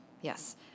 Yes